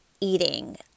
eating